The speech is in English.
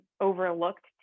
overlooked